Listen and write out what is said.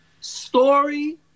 story